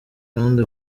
kandi